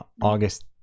august